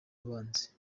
abanzi